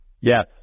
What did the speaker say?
Yes